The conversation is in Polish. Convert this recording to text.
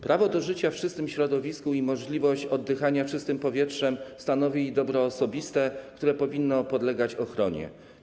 Prawo do życia w czystym środowisku i możliwość oddychania czystym powietrzem stanowią dobro osobiste, które powinno podlegać ochronie.